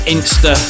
Insta